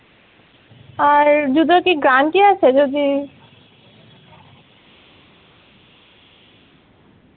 আর জুতোর কি গ্যারান্টি আছে যদি